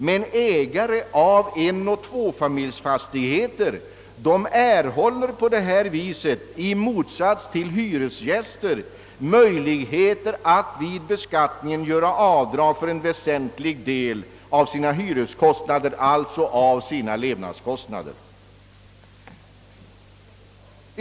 Men ägare av enoch tvåfamiljsfastigheter får på detta sätt i motsats till hyresgäster möjlighet att vid beskattningen göra avdrag för en väsentlig del av sina hyreskostnader, alltså av sina levnadskostnader.